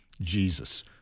Jesus